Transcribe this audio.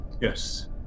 yes